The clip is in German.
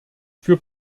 für